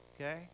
Okay